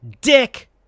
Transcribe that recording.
dick